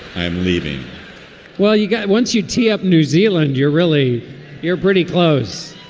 i'm leaving well, you got once you tee up new zealand, you're really you're pretty close